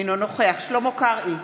אינו נוכח שלמה קרעי,